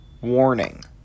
warning